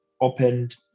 opened